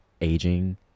aging